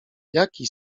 jaki